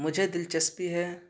مجھے دلچسپی ہے